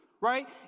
right